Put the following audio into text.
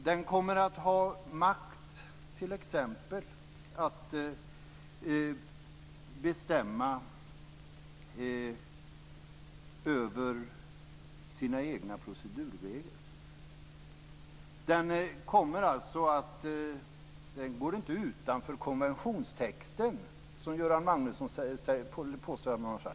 Den kommer att ha makt t.ex. att bestämma över sina egna procedurregler. Den går inte utanför konventionstexten, säger Göran Magnusson.